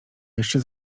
jeszcze